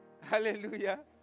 Hallelujah